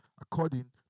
according